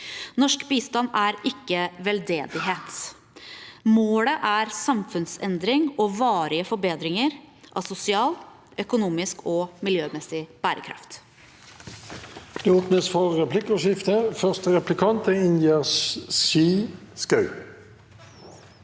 Norsk bistand er ikke veldedighet. Målet er samfunnsendring og varige forbedringer av sosial, økonomisk og miljømessig bærekraft.